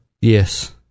Yes